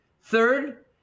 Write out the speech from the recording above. Third